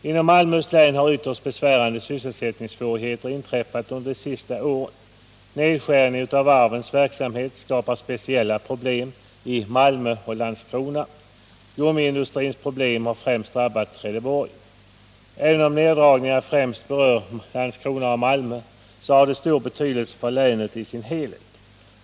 Inom Malmöhus län har ytterst besvärande sysselsättningssvårigheter inträffat under de senaste åren. Nedskärningen av varvens verksamhet skapar speciella problem i Malmö och Landskrona. Gummiindustrins problem har främst drabbat Trelleborg. Även om neddragningarna främst berör Landskrona och Malmö, har de stor betydelse för länet i dess helhet.